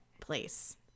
place